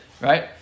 right